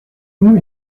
nous